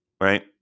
right